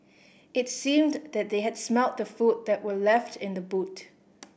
it seemed that they had smelt the food that were left in the boot